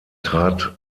trat